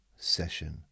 session